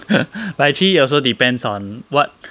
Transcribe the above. but actually also depends on [what]